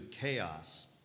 chaos